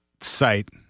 site